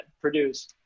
produce